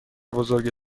بزرگ